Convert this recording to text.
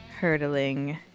hurdling